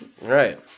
right